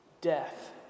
Death